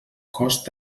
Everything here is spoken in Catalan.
cost